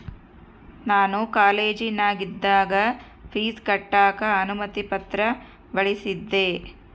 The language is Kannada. ನಾನು ಕಾಲೇಜಿನಗಿದ್ದಾಗ ಪೀಜ್ ಕಟ್ಟಕ ಅನುಮತಿ ಪತ್ರ ಬಳಿಸಿದ್ದೆ